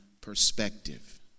perspective